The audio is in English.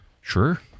sure